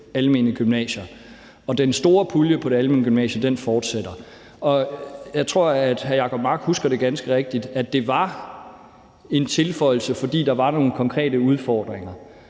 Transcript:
almene gymnasier, og den store pulje til det almene gymnasium fortsætter. Jeg tror, at hr. Jacob Mark husker det ganske rigtigt, nemlig at det var en tilføjelse, fordi der var nogle konkrete udfordringer.